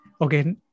Okay